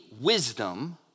wisdom